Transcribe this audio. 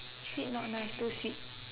sweet not nice too sweet